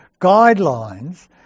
guidelines